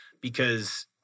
because-